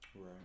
Right